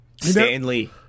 Stanley